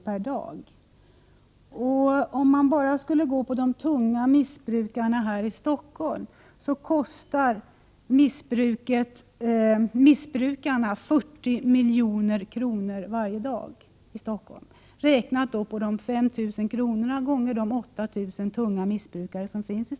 per dag. För enbart de tunga missbrukarna här i Stockholm kostar missbruket 40 milj.kr. varje dag, om man räknar 5 000 kr. gånger 8 000 tunga missbrukare.